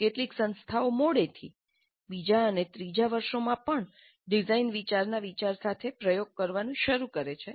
કેટલીક સંસ્થાઓ મોડેથી બીજા અને ત્રીજા વર્ષોમાં પણ ડિઝાઇન વિચારના વિચાર સાથે પ્રયોગ કરવાનું શરૂ કરે છે